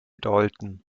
dalton